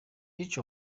each